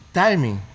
timing